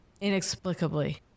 inexplicably